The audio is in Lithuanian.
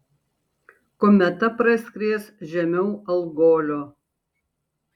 kometa praskries žemiau algolio